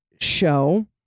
show